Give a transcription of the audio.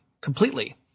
completely